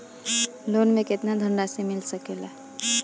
Loan मे केतना धनराशी मिल सकेला?